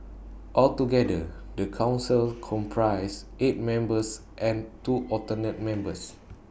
altogether the Council comprises eight members and two alternate members